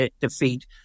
defeat